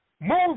move